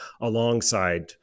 alongside